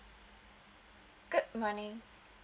good morning